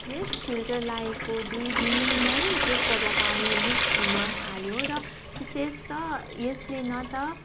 यस filter लाएको दुई दिनमै त्यसबाट पानी लिक हुनथाल्यो र विशेषत यसले न त